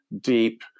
deep